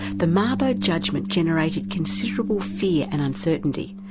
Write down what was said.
the mabo judgment generated considerable fear and uncertainty,